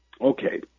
okay